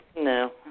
No